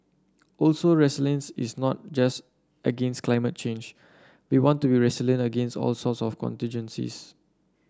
also resilience is not just against climate change we want to be resilient against all sorts of contingencies